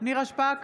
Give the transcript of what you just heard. נירה שפק,